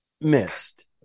missed